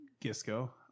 Gisco